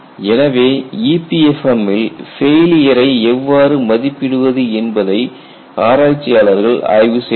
எனவே EPFM ம்மில் ஃபெயிலியரை எவ்வாறு மதிப்பிடுவது என்பதை ஆராய்ச்சியாளர்கள் ஆய்வு செய்தனர்